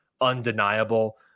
undeniable